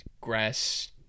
grass